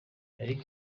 hillary